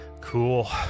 Cool